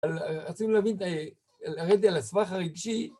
רוצים להרדת על הסבך הרגשי?